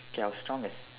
K I was strong as